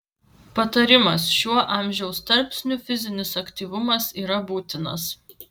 patarimas šiuo amžiaus tarpsniu fizinis aktyvumas yra būtinas